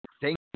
thank